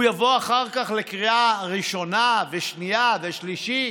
הוא יבוא אחר כך לקריאה ראשונה ושנייה ושלישית